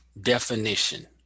definition